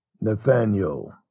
Nathaniel